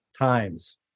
times